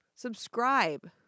Subscribe